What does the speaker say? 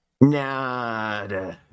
Nah